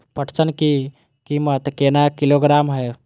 पटसन की कीमत केना किलोग्राम हय?